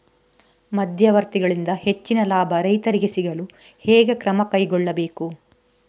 ಮಧ್ಯವರ್ತಿಗಳಿಂದ ಹೆಚ್ಚಿನ ಲಾಭ ರೈತರಿಗೆ ಸಿಗಲು ಹೇಗೆ ಕ್ರಮ ಕೈಗೊಳ್ಳಬೇಕು?